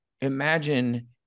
imagine